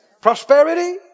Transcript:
Prosperity